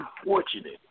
unfortunate